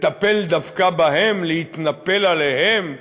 לטפל דווקא בהם, להתנפל עליהם,